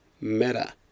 Meta